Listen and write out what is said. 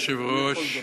אדוני היושב-ראש,